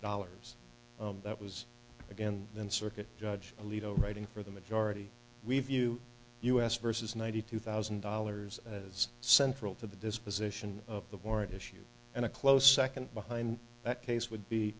dollars that was again then circuit judge alito writing for the majority review us versus ninety two thousand dollars as central to the disposition of the warrant issue and a close second behind that case would be